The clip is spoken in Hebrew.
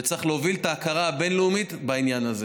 וצריך להוביל את ההכרה הבין-לאומית בעניין זה.